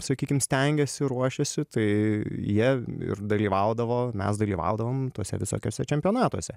sakykim stengiasi ruošiasi tai jie ir dalyvaudavo mes dalyvaudavom tuose visokiuose čempionatuose